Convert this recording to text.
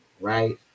Right